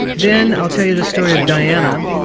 then i'll tell you the story of diana.